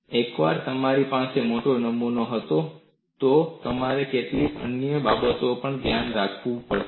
એકવાર તમારી પાસે મોટો નમૂનો હોય તો તમારે કેટલીક અન્ય બાબતો પર પણ ધ્યાન આપવું પડશે